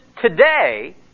today